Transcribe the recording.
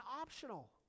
optional